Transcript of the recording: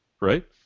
right